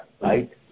right